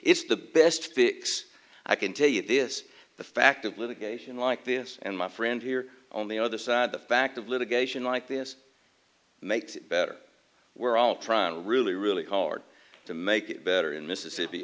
it's the best fix i can tell you this the fact of litigation like this and my friend here on the other side the fact of litigation like this makes it better we're all trying really really hard to make it better in mississippi